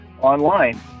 online